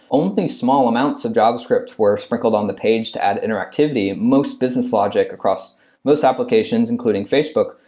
only small amounts of javascript were sprinkled on the page to add interactivity. most business logic across most applications, including facebook,